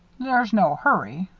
there's no hurry.